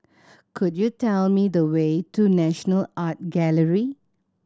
could you tell me the way to National Art Gallery